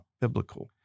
biblical